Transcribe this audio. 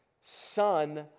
son